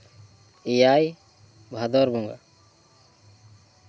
ᱮᱭᱟᱭ ᱵᱷᱟᱫᱚᱨ ᱵᱚᱸᱜᱟ